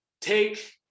take –